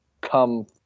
come